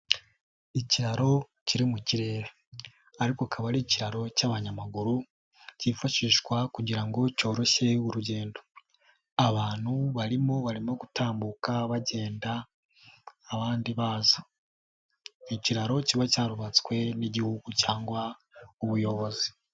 Ikiraro kiri mu kirere. Ariko akaba ari ikiraro cy'abanyamaguru ,kifashishwa kugira ngo cyoroshye urugendo. Abantu barimo barimo gutambuka bagenda abandi baza. Ikiraro kiba cyarubatswe n'igihugu cyangwa ubuyobozi.